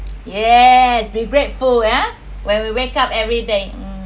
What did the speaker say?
yes be regretful ya when we wake up every day